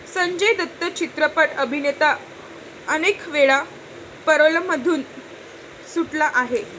संजय दत्त चित्रपट अभिनेता अनेकवेळा पॅरोलमधून सुटला आहे